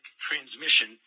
transmission